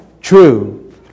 True